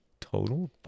Total